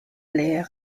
les